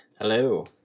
Hello